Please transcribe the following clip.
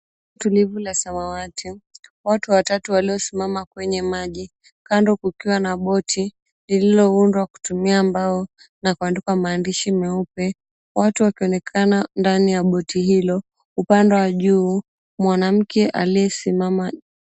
Tulivu la samawati, watu watatu waliosimama kwenye maji, kando kukiwa na boti lililoundwa kutumia mbao na kuandikwa maandishi meupe. Watu wakionekana ndani ya boti hilo, upande wa juu mwanamke aliyesimama.